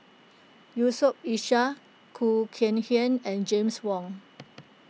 Yusof Ishak Khoo Kay Hian and James Wong